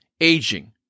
Aging